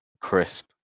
crisp